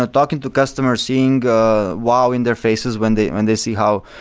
ah talking to customers, seeing wow in their faces when they when they see how,